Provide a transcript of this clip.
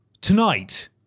Tonight